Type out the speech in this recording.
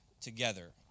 together